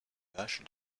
vache